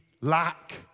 lack